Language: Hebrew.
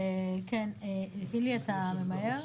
קינלי, אתה ממהר?